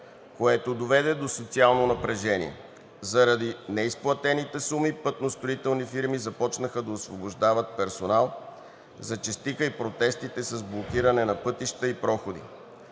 което доведе до социално напрежение. Заради неизплатените суми пътностроителните фирми започнаха да освобождават персонал, зачестиха и протестите с блокиране на пътища и проходи.